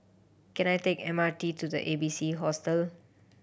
can I take M R T to the A B C Hostel